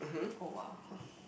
oh !wow!